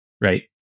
right